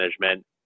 management